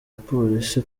polisi